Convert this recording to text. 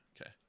okay